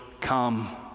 come